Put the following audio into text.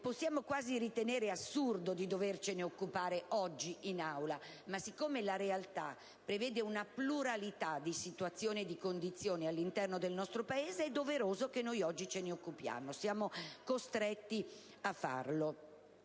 possiamo quasi ritenere assurdo di dovercene occupare oggi in Aula. Ma siccome la realtà prevede una pluralità di situazioni e di condizioni all'interno del nostro Paese, è doveroso che noi oggi ce ne occupiamo. Siamo costretti a farlo